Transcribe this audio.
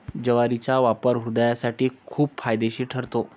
ज्वारीचा वापर हृदयासाठी खूप फायदेशीर ठरतो